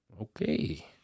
Okay